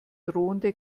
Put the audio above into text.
drohende